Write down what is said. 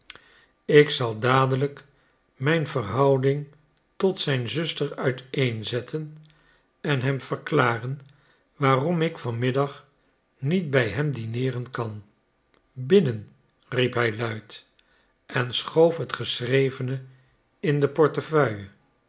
ik zal dadelijk mijn verhouding tot zijn zuster uiteenzetten en hem verklaren waarom ik van middag niet bij hem dineeren kan binnen riep hij luid en schoof het geschrevene in de portefeuille